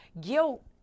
guilt